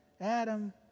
Adam